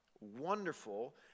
Wonderful